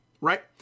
Right